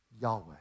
Yahweh